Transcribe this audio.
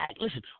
Listen